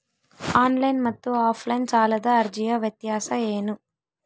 Online ಮತ್ತು offline ಸಾಲದ ಅರ್ಜಿಯ ವ್ಯತ್ಯಾಸ ಏನು?